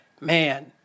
man